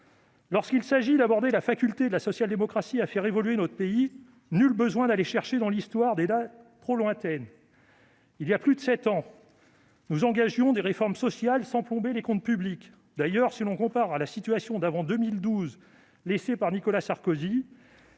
masse. Pour aborder la faculté de la social-démocratie à faire évoluer notre pays, nul besoin d'aller chercher dans l'Histoire des dates trop lointaines. Il y a plus de sept ans, nous engagions des réformes sociales sans plomber les comptes publics. D'ailleurs, si l'on compare la situation d'aujourd'hui à celle qu'a laissée Nicolas Sarkozy